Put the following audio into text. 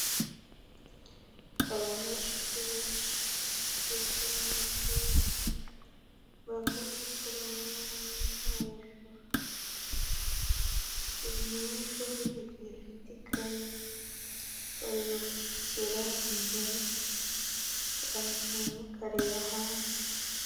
Abanyeshuri benshi bicaye mu ishuri, bambaye iniforume y'umweru hejuru, buri munyeshuri agiye afite ikayi, bari gukurikira imbere abandi bamwe bakareba hanze.